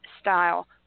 style